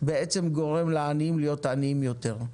בעצם גורם לעניים להיות עניים יותר,